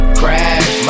crash